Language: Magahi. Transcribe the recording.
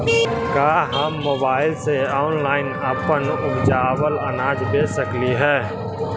का हम मोबाईल से ऑनलाइन अपन उपजावल अनाज बेच सकली हे?